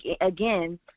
Again